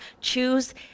Choose